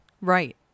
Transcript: right